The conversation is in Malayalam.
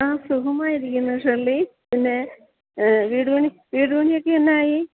ആ സുഖമായിരിക്കുന്നു ഷേർലി പിന്നെ വീടുപണി വീടുപണിയൊക്കെന്നായി